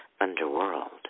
underworld